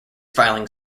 filing